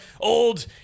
old